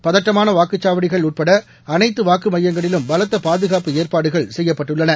பதட்டமான வாக்குச்சாவடிகள் உட்பட அளைத்து வாக்குப்பதிவு மையங்களிலும் பலத்த பாதுகாப்பு ஏற்பாடுகள் செய்யப்பட்டுள்ளன